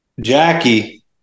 Jackie